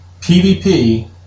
PVP